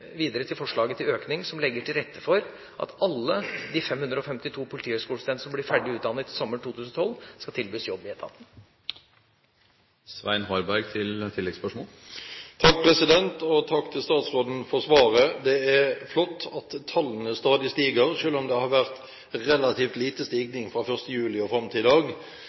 økning: Det legger til rette for at alle de 552 politihøgskolestudentene som blir ferdig utdannet sommeren 2012, skal tilbys jobb i etaten. Takk til statsråden for svaret. Det er flott at tallene stadig stiger. Selv om det har vært relativt liten stigning fra 1. juli og fram til i dag,